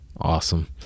Awesome